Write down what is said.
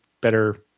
better